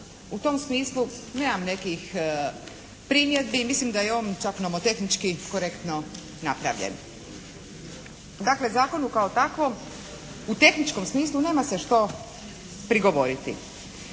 u tom smislu nemam nekih primjedbi. Mislim da je on nomotehnički čak korektno napravljen. Dakle, zakon u kao takvom tehničkom smislu nema se što prigovoriti.